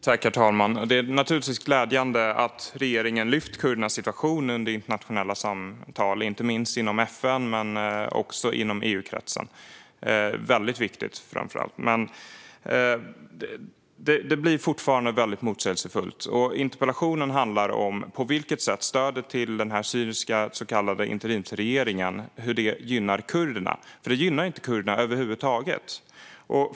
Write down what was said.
Herr talman! Det är naturligtvis glädjande att regeringen har lyft fram kurdernas situation under internationella samtal, inte minst inom FN men också inom EU-kretsen. Det är väldigt viktigt. Men det blir fortfarande väldigt motsägelsefullt. Interpellationen handlar om på vilket sätt stödet till den så kallade syriska interimsregeringen gynnar kurderna. Det gynnar inte kurderna över huvud taget.